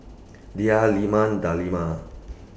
Dhia Leman Delima